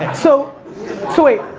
and so, so wait.